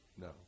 No